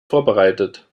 vorbereitet